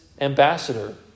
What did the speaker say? ambassador